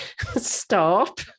stop